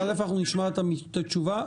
טוב, נשמע את התשובה.